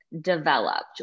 developed